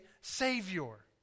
Savior